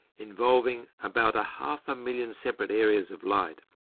involving about half a million separate areas of light,